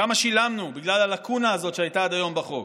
כמה שילמנו בגלל הלקונה הזאת שהייתה עד היום בחוק.